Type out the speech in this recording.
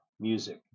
music